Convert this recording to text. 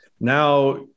now